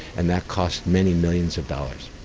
and that cost many millions of dollars.